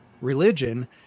religion